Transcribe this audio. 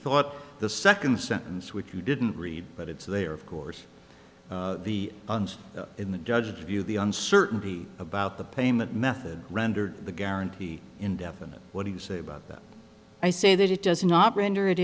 thought the second sentence which you didn't read but it's there of course the ones in the judge's view the uncertainty about the payment method rendered the guarantee indefinite what do you say about that i say that it does not render